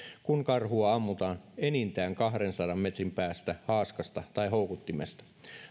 kun karhua ammutaan enintään kahdensadan metrin päästä haaskasta tai houkuttimesta